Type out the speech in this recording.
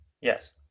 Yes